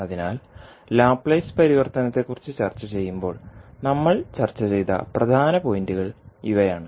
അതിനാൽ ലാപ്ലേസ് പരിവർത്തനത്തെക്കുറിച്ച് ചർച്ചചെയ്യുമ്പോൾ നമ്മൾ ചർച്ച ചെയ്ത പ്രധാന പോയിന്റുകൾ ഇവയാണ്